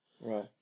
Right